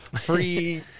free